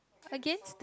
again